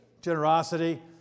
generosity